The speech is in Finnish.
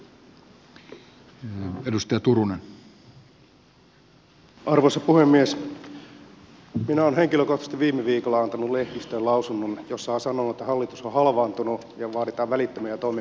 minä olen henkilökohtaisesti viime viikolla antanut lehdistöön lausunnon jossa olen sanonut että hallitus on halvaantunut ja vaaditaan välittömiä toimenpiteitä